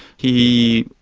he